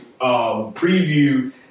preview